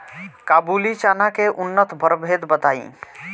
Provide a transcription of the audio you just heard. काबुली चना के उन्नत प्रभेद बताई?